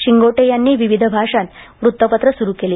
शिंगोटे यांनी विविध भाषांत वृत्तपत्रं सुरू केली